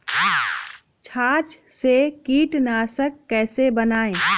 छाछ से कीटनाशक कैसे बनाएँ?